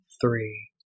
three